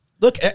Look